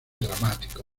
dramático